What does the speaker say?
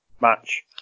match